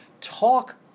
talk